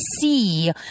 see